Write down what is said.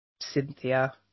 Cynthia